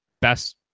best